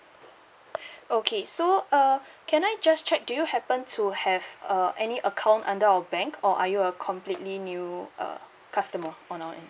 okay so uh can I just check do you happen to have uh any account under our bank or are you a completely new uh customer on our end